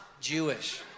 Jewish